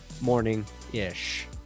morning-ish